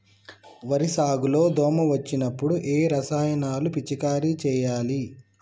వరి సాగు లో దోమ వచ్చినప్పుడు ఏ రసాయనాలు పిచికారీ చేయాలి?